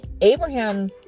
Abraham